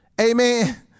Amen